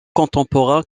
contemporain